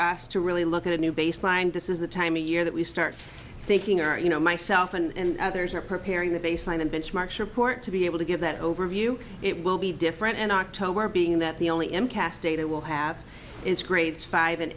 us to really look at a new baseline this is the time of year that we start thinking our you know myself and others are preparing the baseline and benchmarks report to be able to give that overview it will be different in october being that the only impasse data will have is grades five and